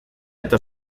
eta